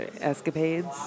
escapades